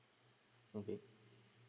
okay